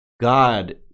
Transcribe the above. God